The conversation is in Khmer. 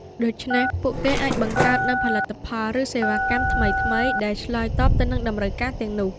ដូច្នេះ ពួកគេអាចបង្កើតនូវផលិតផល ឬសេវាកម្មថ្មីៗដែលឆ្លើយតបទៅនឹងតម្រូវការទាំងនោះ។